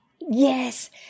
Yes